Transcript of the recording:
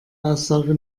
aussage